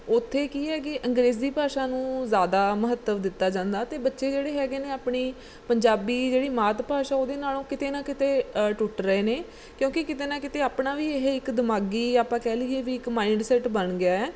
ਉੱਥੇ ਕੀ ਹੈ ਕਿ ਅੰਗਰੇਜ਼ੀ ਭਾਸ਼ਾ ਨੂੰ ਜ਼ਿਆਦਾ ਮਹੱਤਵ ਦਿੱਤਾ ਜਾਂਦਾ ਅਤੇ ਬੱਚੇ ਜਿਹੜੇ ਹੈਗੇ ਨੇ ਆਪਣੀ ਪੰਜਾਬੀ ਜਿਹੜੀ ਮਾਤ ਭਾਸ਼ਾ ਉਹਦੇ ਨਾਲੋਂ ਕਿਤੇ ਨਾ ਕਿਤੇ ਟੁੱਟ ਰਹੇ ਨੇ ਕਿਉਂਕਿ ਕਿਤੇ ਨਾ ਕਿਤੇ ਆਪਣਾ ਵੀ ਇਹ ਇੱਕ ਦਿਮਾਗੀ ਆਪਾਂ ਕਹਿ ਲਈਏ ਵੀ ਇੱਕ ਮਾਇੰਡਸੈਟ ਬਣ ਗਿਆ ਹੈ